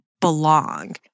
belong